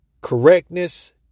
correctness